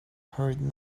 heard